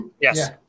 Yes